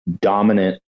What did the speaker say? dominant